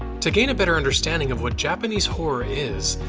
to gain a better understanding of what japanese horror is,